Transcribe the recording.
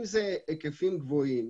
אם אלה היקפים גבוהים,